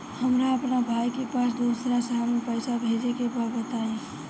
हमरा अपना भाई के पास दोसरा शहर में पइसा भेजे के बा बताई?